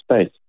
space